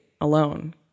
alone